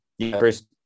First